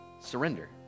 surrender